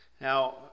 Now